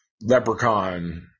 Leprechaun